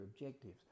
objectives